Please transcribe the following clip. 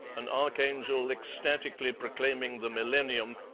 an archangel ecstatically proclaiming the millennium,